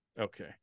okay